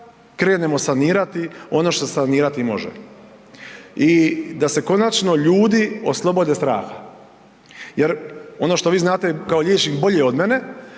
krenemo sanirati ono što se sanirati može. I da se konačno ljudi oslobode straha jer ono što vi znate kao liječnik bolje od mene